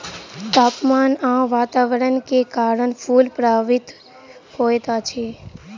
तापमान आ वातावरण के कारण फूल प्रभावित होइत अछि